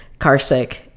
carsick